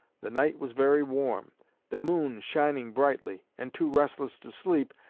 the night was very warm the moon shining brightly and, too restless to sleep,